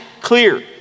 clear